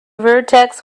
vertex